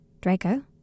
Draco